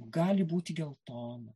gali būti geltona